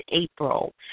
April